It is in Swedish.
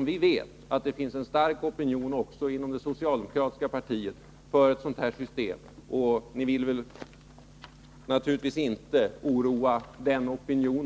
Vi vet ju att det finns en stark opinion också inom det socialdemokratiska partiet för förslaget, och industriministern vill naturligtvis inte oroa denna opinion.